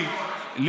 הוא בחר לענות ביחד,